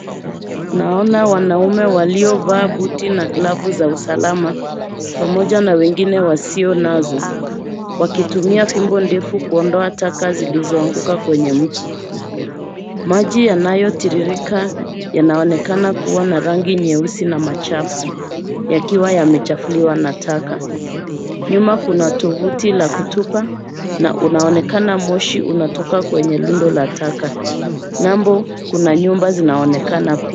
Naona wanaume waliovaa buti na glavu za usalama pamoja na wengine wasio nazo, wakitumia fimbo ndefu kuondoa taka zilizoanguka kwenye mto. Maji yanayotiririka yanaonekana kuwa na rangi nyeusi na machafu, yakiwa yamechafuliwa na taka. Nyuma kuna tovuti la kutupa na unaonekana moshi unatoka kwenye lundo la taka. Ng'ambo kuna nyumba zinaonekana pia.